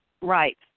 Right